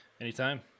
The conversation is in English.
Anytime